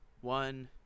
one